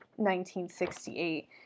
1968